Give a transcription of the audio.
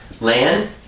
Land